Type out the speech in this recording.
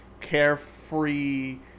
carefree